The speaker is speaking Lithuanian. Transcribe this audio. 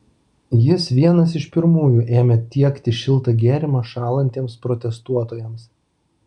jis vienas iš pirmųjų ėmė tiekti šiltą gėrimą šąlantiems protestuotojams